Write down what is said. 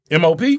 MOP